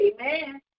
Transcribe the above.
Amen